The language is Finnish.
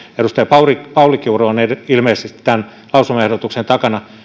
edustaja pauli pauli kiuru on ilmeisesti tämän lausumaehdotuksen takana